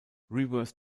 reverse